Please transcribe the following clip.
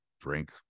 drink